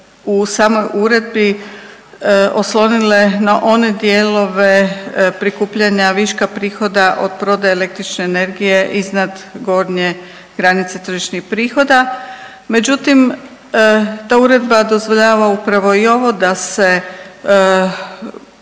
u samoj uredbi oslonile na one dijelove prikupljanja viška prihoda od prodaje električne energije iznad gornje granice tržišnih prihoda. Međutim, ta uredba dozvoljava upravo i ovo da se,